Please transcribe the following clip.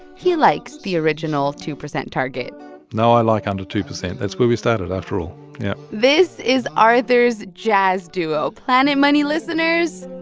he likes the original two percent target no, i like under two percent. that's where we started, after all. yeah this is arthur's jazz duo, planet money listeners,